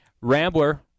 Rambler